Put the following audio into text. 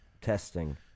testing